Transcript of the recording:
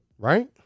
Right